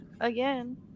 again